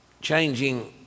changing